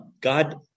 God